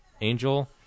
angel